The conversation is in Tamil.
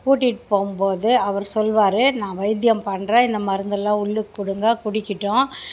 கூட்டிகிட்டு போகும்போது அவர் சொல்வார் நான் வைத்தியம் பண்ணுறேன் இந்த மருந்தெல்லாம் உள்ளுக்கு கொடுங்க குடிக்கட்டும்